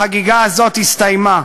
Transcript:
החגיגה הזאת הסתיימה.